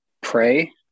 pray